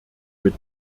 mit